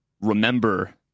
remember –